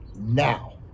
now